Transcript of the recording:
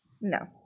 No